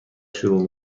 شروع